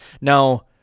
now